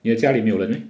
你的家里没有人 meh